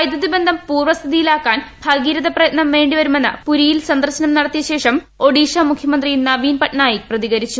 വൈദ്യുതി ബന്ധം പൂർവ്വ സ്ഥിതിയിലാക്കാൻ ഭഗീരഥപ്രയത്നം വേണ്ടിവരുമെന്ന് പുരിയിൽ സന്ദർശനം നടത്തിയ ശേഷം ഒഡീഷ മുഖ്യമന്ത്രി നവീൻ പട്നായിക് പ്രതികരിച്ചു